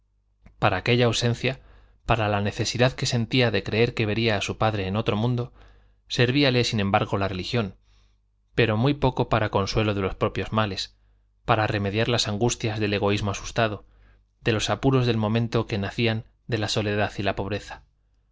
para aquella ausencia para la necesidad que sentía de creer que vería a su padre en otro mundo servíale sin embargo la religión pero muy poco para consuelo de los propios males para remediar las angustias del egoísmo asustado de los apuros del momento que nacían de la soledad y la pobreza